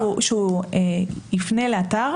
הרעיון הוא שיפנה לאתר